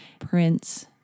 Prince